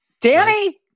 Danny